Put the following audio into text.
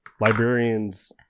Librarians